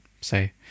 say